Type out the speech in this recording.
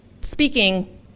speaking